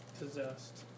possessed